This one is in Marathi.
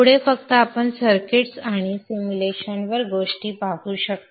पुढे फक्त आपण सर्किट्स आणि सिम्युलेशनवर गोष्टी करू शकता